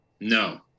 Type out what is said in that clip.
No